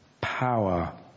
power